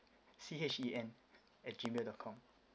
C H E N at G mail dot com